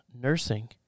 nursing